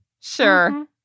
sure